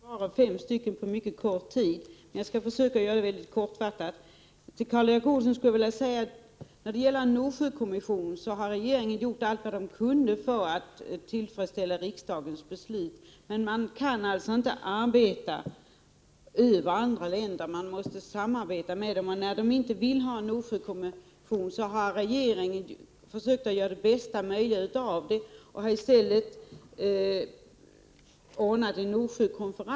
Herr talman! Det är alltid svårt när man skall svara på frågor från fem personer på mycket kort tid. Jag skall försöka göra det kortfattat. Karl Erik Olsson! Regeringen har gjort allt vad den har kunnat för att tillfredsställa riksdagens beslut när det gäller en Nordsjökommission. Men man kan inte arbeta så att säga över andra länder, man måste samarbeta med dem. När de övriga länderna inte har velat ha en Nordsjökommission har regeringen försökt att göra det bästa möjliga av situationen. I stället har regeringen anordnat en Nordsjökonferens.